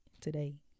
today